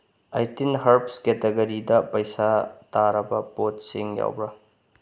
eighteen ꯍꯔꯕꯁ ꯀꯦꯇꯦꯒꯣꯔꯤꯗ ꯄꯩꯁꯥ ꯇꯥꯔꯕ ꯄꯣꯠꯁꯤꯡ ꯌꯥꯎꯕ꯭ꯔꯥ